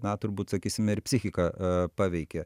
na turbūt sakysime ir psichiką a paveikė